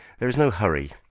there is no hurry.